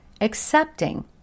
accepting